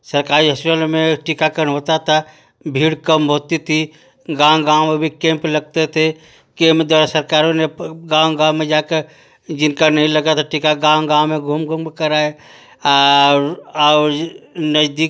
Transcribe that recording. सरकारी हॉस्पिटल में टीकाकरण होता था भीड़ कम होती थी गाँव गाँव में भी केंप लगते थे केंप द्वारा सरकारों ने गाँव गाँव में जाकर जिनका नहीं लगा था टीका गाँव गाँव में घूम घूम कर कराए और और नज़दीक